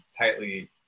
tightly